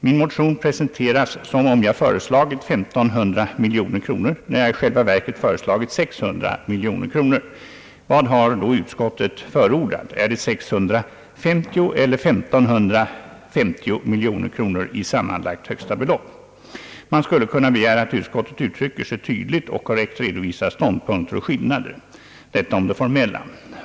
Min motion presenteras som om jag har föreslagit 1500 miljoner kronor när jag i själva verket har föreslagit 600 miljoner kronor. Vad har utskottet förordat? Är det 650 miljoner kronor eller 1550 miljoner kronor i sammanlagt högsta belopp? Mån skulle kunna begära att utskottet uttrycker sig tydligt och korrekt redovisar ståndpunkter och skillnader. Detta om det formella.